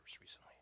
recently